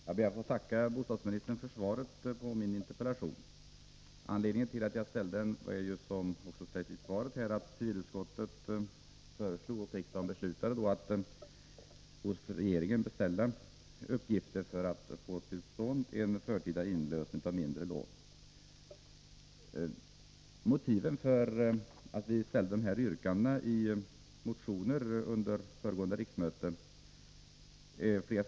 Herr talman! Jag ber att få tacka bostadsministern för svaret på min interpellation. Anledningen till att jag ställde den var, som också framgår av svaret, att civilutskottet föreslog — och riksdagen beslutade — att man hos regeringen skulle beställa uppgifter för att få till stånd en förtida inlösen av mindre bostadslån. Motiven för våra yrkanden i motionerna i ärendet under föregående riksmöte är flera.